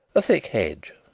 a thick hedge,